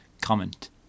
comment